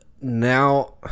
now